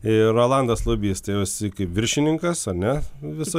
rolandas lubys tai jau jisai kaip viršininkas ar ne viso